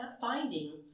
finding